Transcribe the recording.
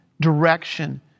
direction